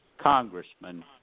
Congressman